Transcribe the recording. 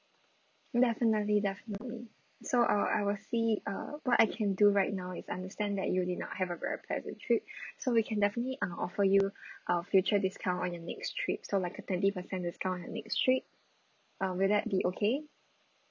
definitely definitely so uh I will see uh what I can do right now is understand that you did not have a very pleasant trip so we can definitely uh offer you a future discount on your next trip so like a twenty percent discount on next trip um will that be okay